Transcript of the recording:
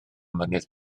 mynydd